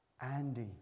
Andy